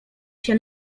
się